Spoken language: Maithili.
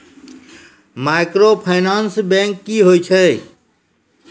माइक्रोफाइनांस बैंक की होय छै?